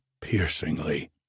piercingly